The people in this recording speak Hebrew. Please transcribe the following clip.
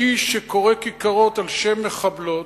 האיש שקורא כיכרות על שם מחבלות,